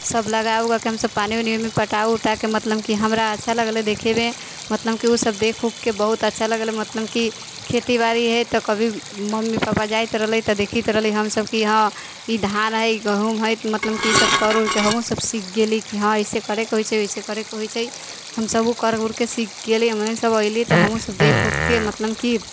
सभ लगा उगाके हमसभ पानि उनि ओहिमे पटा उटाके मतलब कि हमरा अच्छा लगलै देखयमे मतलब कि ओसभ देख उखके बहुत अच्छा लगलै मतलब कि खेती बारी हइ तऽ कभी मम्मी पापा जाइत रहलै तऽ देखैत रहली हमसभ कि हँ ई धान हइ ई गहुँम हइ मतलब कि ईसभ कर उरके हमहूँसभ सीख गेली कि हँ ऐसे करयके होइ छै वैसे करयके होइ छै हमसभ ओ कर उरके सीख गेली हमनीसभ अयली तऽ हमहूँसभ देख उखके मतलब कि